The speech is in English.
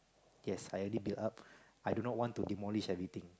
yes I already built up I do not want to demolish everything